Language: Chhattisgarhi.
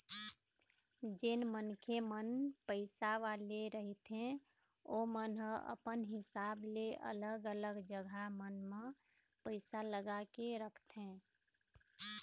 जेन मनखे मन पइसा वाले रहिथे ओमन ह अपन हिसाब ले अलग अलग जघा मन म पइसा लगा के रखथे